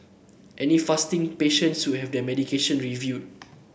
any fasting patience will have their medication reviewed